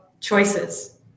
Choices